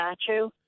statue